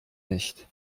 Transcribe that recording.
nicht